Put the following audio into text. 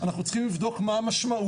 אנחנו צריכים לבדוק מה המשמעות.